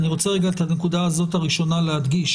את הנקודה הזאת הראשונה אני רוצה להדגיש